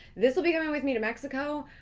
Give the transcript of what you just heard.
this will be coming with me to mexico,